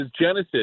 Genesis